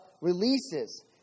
releases